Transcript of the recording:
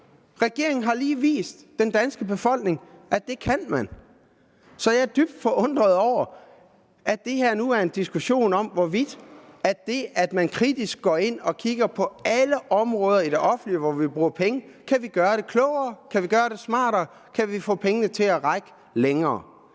Regeringen har lige vist den danske befolkning, at det kan man. Så jeg er dybt forundret over, at det her nu er en diskussion om, hvorvidt man kritisk skal gå ind og kigge på alle områder i det offentlige, hvor vi bruger penge, og se på: Kan vi gøre det klogere? Kan vi gøre det smartere? Kan vi få pengene til at række længere?